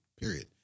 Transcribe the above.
period